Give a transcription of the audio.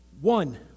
one